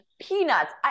Peanuts